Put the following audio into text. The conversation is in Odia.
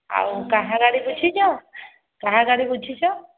ଆଉ କାହା ଗାଡ଼ି ଦେଖିଛ କାହା ଗାଡ଼ି ବୁଝିଛ